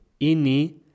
Ini